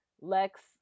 Lex